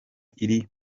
iri